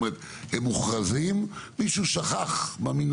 זאת אומרת, הם מוכרזים, מישהו שכח במינהלת